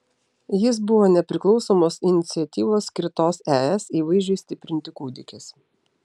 jis buvo nepriklausomos iniciatyvos skirtos es įvaizdžiui stiprinti kūdikis